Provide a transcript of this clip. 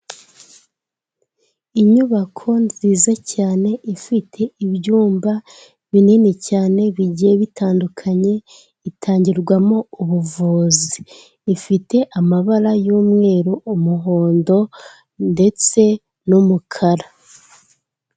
Inyubako nziza cyane, ifite ibyumba binini cyane bigiye bitandukanye, itangirwamo ubuvuzi. Ifite amabara y'umweru, umuhondo, ndetse n'umukara.